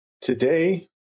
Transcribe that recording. today